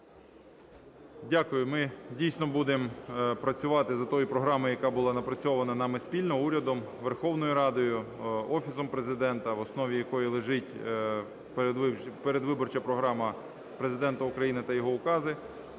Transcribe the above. Дякую. Ми, дійсно будемо працювати за тою програмою, яка була напрацьована нами спільно, урядом, Верховною Радою, Офісом Президента, в основі якої лежить передвиборча програма Президента України та його укази.